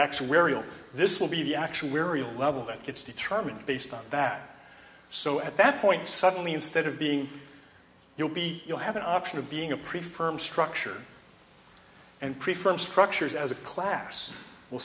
actuarial this will be the actuarial level that gets determined based on that so at that point suddenly instead of being you'll be you'll have an option of being a pretty firm structure and preferred structures as a class w